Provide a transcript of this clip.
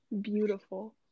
beautiful